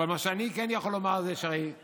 אבל מה שאני כן יכול לומר זה שכולנו,